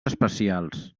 especials